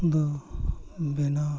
ᱫᱚ ᱵᱮᱱᱟᱣ